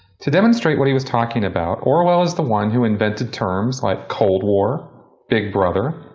to demonstrate what he was talking about orwell is the one who invented terms like cold war big brother,